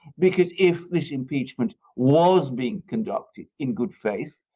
because if this impeachment was being conducted in good faith,